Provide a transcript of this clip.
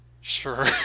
Sure